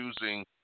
using